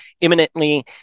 imminently